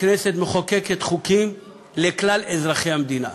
הכנסת מחוקקת חוקים לכלל אזרחי המדינה,